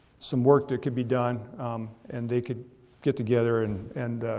some work that could be done and they could get together and, and